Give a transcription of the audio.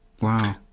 Wow